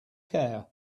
care